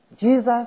Jesus